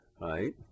right